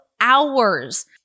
hours